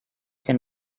can